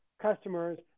customers